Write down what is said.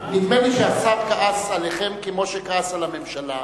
נדמה לי שהשר כעס עליכם כמו שכעס על הממשלה,